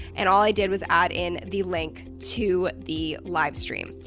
and all i did was add in the link to the live stream.